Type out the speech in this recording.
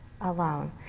alone